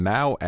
Now